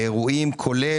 מי